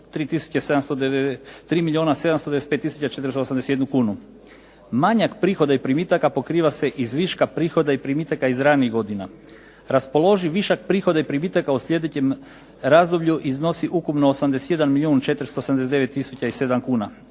3 milijuna 795 tisuća 481 kunu. Manjak prihoda i primitaka pokriva se iz viška prihoda i primitaka iz ranijih godina. Raspoloživi višak prihoda i primitaka u slijedećem razdoblju iznosi ukupno 81 milijun 489 tisuća i 7 kuna.